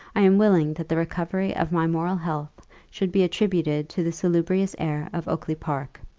i am willing that the recovery of my moral health should be attributed to the salubrious air of oakly-park.